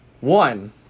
One